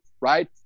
right